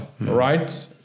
right